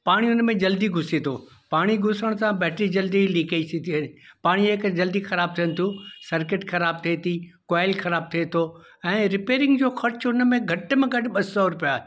पाणी उनमें जल्दी घुसे थो पाणी घुसण सां बैटरी जल्दी लीकेज थी थिए पाणीअ जे करे जल्दी ख़राब थियनि थियूं सर्किट ख़राब थिए थी कुआइल ख़राब थिए थो ऐं रिपेरिंग जो ख़र्चु उनमें घटि में घटि ॿ सौ रुपिया आहे